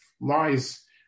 lies